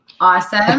Awesome